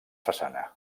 façana